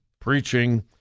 preaching